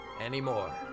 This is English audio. Anymore